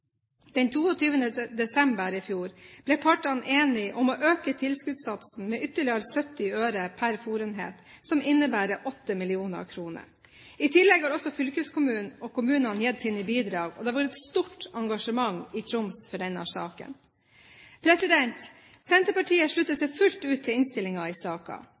Den 22. desember i fjor ble partene enige om å øke tilskuddssatsen med ytterligere 70 øre per fôrenhet, noe som innebærer 8 mill. kr. I tillegg har fylkeskommunen og kommunene gitt sine bidrag, og det har vært et stort engasjement i Troms for denne saken. Senterpartiet slutter seg fullt ut til innstillingen i